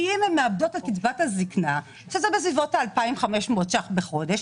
אם הן מאבדות את קצבת הזקנה שהיא בסביבות ה-2,500 שקלים בחודש,